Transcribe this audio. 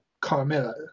Carmilla